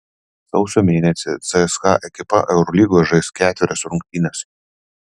sausio mėnesį cska ekipa eurolygoje žais ketverias rungtynes